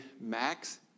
max